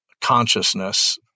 consciousness